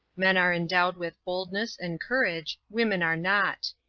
men are endowed with boldness and courage, women are not.